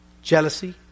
Jealousy